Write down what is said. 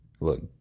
Look